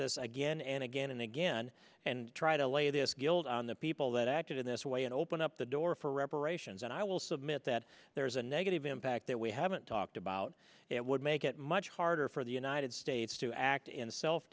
this again and again and again and try to lay this guilt on the people that acted in this way and open up the door for reparations and i will submit that there is a negative impact that we haven't talked about it would make it much harder for the united states to act in self